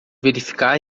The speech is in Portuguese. verificar